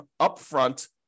upfront